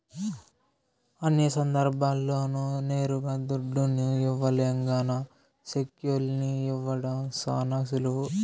అన్ని సందర్భాల్ల్లోనూ నేరుగా దుడ్డుని ఇవ్వలేం గాన సెక్కుల్ని ఇవ్వడం శానా సులువు